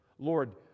Lord